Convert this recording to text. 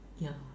ya